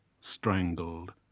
strangled